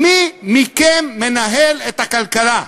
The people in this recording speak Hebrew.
מי מכם מנהל את הכלכלה?